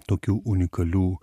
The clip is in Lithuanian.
tokių unikalių